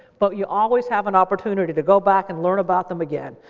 but you always have an opportunity to go back and learn about them again.